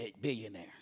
billionaire